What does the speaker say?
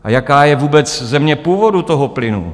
A jaká je vůbec země původu toho plynu?